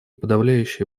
подавляющее